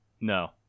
No